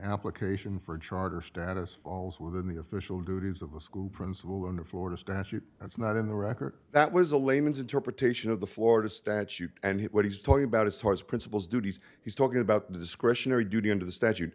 application for a charter status falls within the official duties of the school principal under florida statute that's not in the record that was a layman's interpretation of the florida statute and what he's talking about is towards principals duties he's talking about discretionary duty under the statute